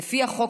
לפי החוק החדש,